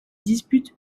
dispute